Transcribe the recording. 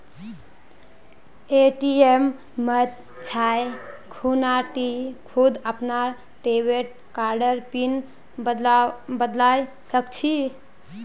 ATM मत जाइ खूना टी खुद अपनार डेबिट कार्डर पिन बदलवा सख छि